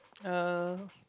uh